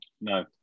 no